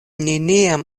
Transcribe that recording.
neniam